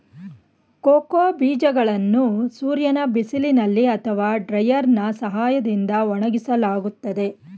cocoa ಬೀಜಗಳನ್ನು ಸೂರ್ಯನ ಬಿಸಿಲಿನಲ್ಲಿ ಅಥವಾ ಡ್ರೈಯರ್ನಾ ಸಹಾಯದಿಂದ ಒಣಗಿಸಲಾಗುತ್ತದೆ